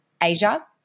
Asia